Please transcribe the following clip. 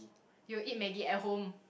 you eat Maggi at home